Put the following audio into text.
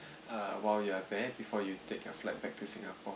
uh while you are there before you take your flight back to singapore